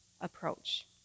approach